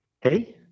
hey